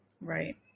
Right